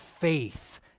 faith